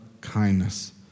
kindness